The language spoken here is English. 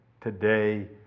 today